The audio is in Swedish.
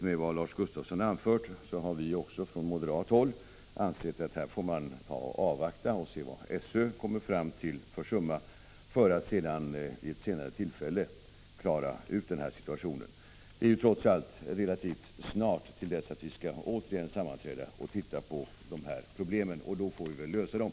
Men vi från moderat håll har, i likhet med Lars Gustafsson, menat att vi får avvakta och se vad SÖ kommer fram till för summa, för att vid ett senare tillfälle klara ut denna situation. Det är trots allt relativt snart som vi återigen ST skall sammanträda och titta på dessa problem. Då får vi väl försöka lösa dem.